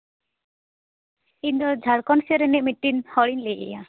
ᱤᱧ ᱫᱚ ᱡᱷᱟᱲᱠᱷᱚᱱ ᱥᱮᱫ ᱨᱤᱱᱤᱡ ᱢᱤᱫᱴᱮᱱ ᱦᱚᱲᱤᱧ ᱞᱟᱹᱭ ᱮᱫᱟ